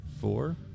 Four